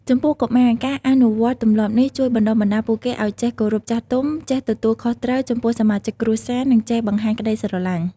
ចំពោះកុមារ ការអនុវត្តទម្លាប់នេះជួយបណ្ដុះបណ្ដាលពួកគេឲ្យចេះគោរពចាស់ទុំ ចេះទទួលខុសត្រូវចំពោះសមាជិកគ្រួសារ និងចេះបង្ហាញក្ដីស្រឡាញ់។